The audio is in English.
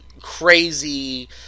crazy